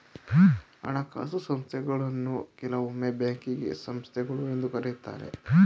ಹಣಕಾಸು ಸಂಸ್ಥೆಗಳನ್ನು ಕೆಲವೊಮ್ಮೆ ಬ್ಯಾಂಕಿಂಗ್ ಸಂಸ್ಥೆಗಳು ಎಂದು ಕರೆಯುತ್ತಾರೆ